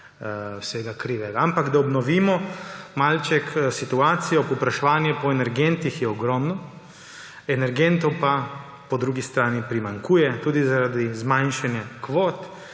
vsega kriva. Ampak da obnovimo malček situacijo. Povpraševanje po energentih je ogromno, energentov pa po drugi strani primanjkuje, tudi zaradi zmanjšanja kvot,